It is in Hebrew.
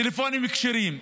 טלפונים כשרים.